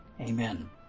Amen